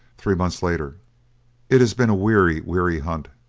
three months later it has been a weary, weary hunt,